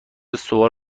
سوال